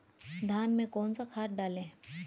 धान में कौन सा खाद डालें?